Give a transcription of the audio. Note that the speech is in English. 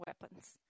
weapons